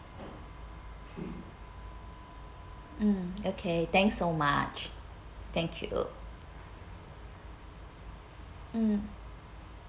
mm okay thanks so much thank you mm